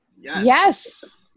Yes